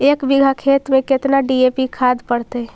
एक बिघा खेत में केतना डी.ए.पी खाद पड़तै?